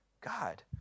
God